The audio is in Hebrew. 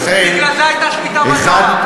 ולכן, בגלל זה הייתה שביתה בדואר.